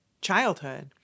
childhood